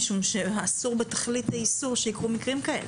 משום שאסור בתכלית האיסור שיקרו מקרים כאלה.